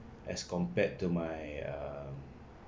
as compared to my err